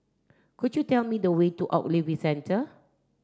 could you tell me the way to Ogilvy Centre